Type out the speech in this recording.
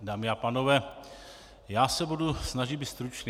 Dámy a pánové, já se budu snažit být stručný.